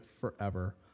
forever